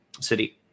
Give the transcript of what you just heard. city